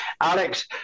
alex